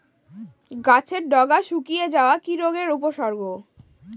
গাছের ডগা শুকিয়ে যাওয়া কি রোগের উপসর্গ?